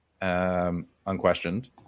unquestioned